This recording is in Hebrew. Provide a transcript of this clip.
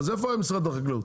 אז איפה היה משרד החקלאות?